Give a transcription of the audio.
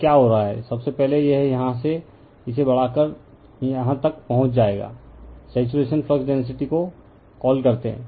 तो क्या हो रहा है सबसे पहले यह यहां से है इसे बढ़ाकर तक पहुंच जाएगा सैचुरेशन फ्लक्स डेंसिटी को कॉल करें